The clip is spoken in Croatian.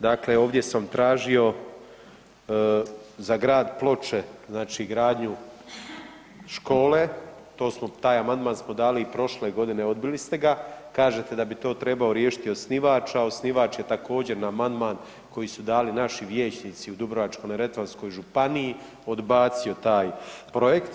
Dakle ovdje sam tražio za Grad Ploče gradnju škole, taj amandman smo dali i prošle godine odbili ste ga, kažete da bi to trebao riješiti osnivač, a osnivač je također na amandman koji su dali naši vijećnici u Dubrovačko-neretvanskoj županiji odbacio taj projekt.